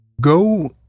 Go